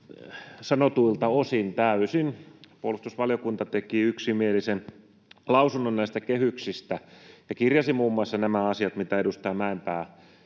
sanotuilta osin täysin. Puolustusvaliokunta teki yksimielisen lausunnon näistä kehyksistä ja kirjasi muun muassa nämä asiat, mitä edustaja Mäenpää